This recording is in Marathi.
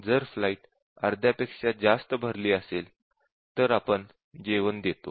जर फ्लाइट अर्ध्यापेक्षा जास्त भरली असेल तर आपण जेवण देतो